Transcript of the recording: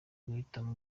guhitamo